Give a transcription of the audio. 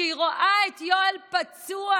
כשהיא רואה את יואל פצוע,